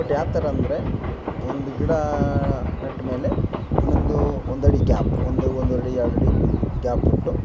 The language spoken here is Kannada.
ಬಟ್ ಯಾವ ಥರ ಅಂದರೆ ಒಂದು ಗಿಡಾ ನೆಟ್ಮೇಲೆ ಒಂದೊಂದು ಒಂದು ಅಡಿ ಗ್ಯಾಪ್ ಒಂದು ಒಂದ್ವರೆ ಅಡಿ ಎರಡು ಅಡಿ ಗ್ಯಾಪ್ ಕೊಟ್ಟು